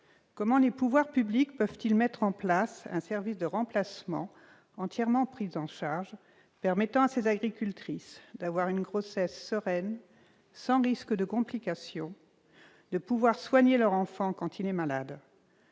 Comment les pouvoirs publics peuvent-ils mettre en place un service de remplacement entièrement pris en charge permettant à ces agricultrices d'avoir une grossesse sereine sans risque de complications, de soigner leur enfant quand il est malade ?